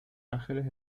ángeles